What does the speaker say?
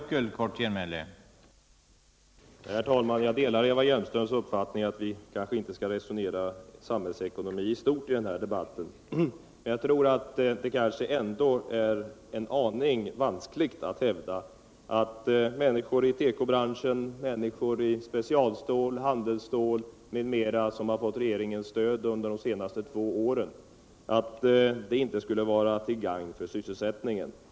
Herr talman! Jag delar Eva Hjelmströms uppfattning att vi kanske inte skall resonera om samhällsekonomi i stort i den här debatten. Men jag tror att det ändå är en aning vanskligt att hävda att det inte skulle ha varit till gagn för sysselsättningen att människor inom t.ex. tekobranschen, specialstålbranschen och handelsstålbranschen har fått regeringens stöd under de senaste två åren.